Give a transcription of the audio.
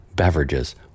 Beverages